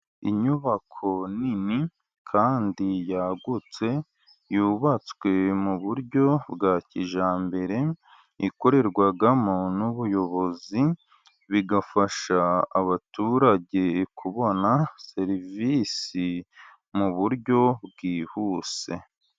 Inyubako nini, kandi yagutse yubatswe mu buryo bwa kijyambere ikorerwamo n'ubuyobozi, bigafasha abaturage kubona serivisi mu buryo bwihuse.